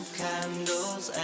candles